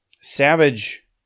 Savage